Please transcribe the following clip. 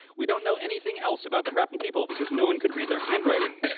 we don't know anything else about the harappan people, because no one could read their handwriting.